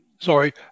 sorry